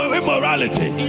immorality